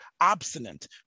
obstinate